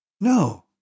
No